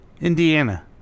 Indiana